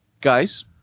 guys